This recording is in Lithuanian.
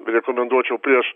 rekomenduočiau prieš